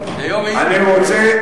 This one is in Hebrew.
אני רוצה לסיים.